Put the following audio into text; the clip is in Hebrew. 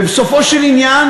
ובסופו של עניין,